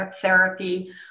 therapy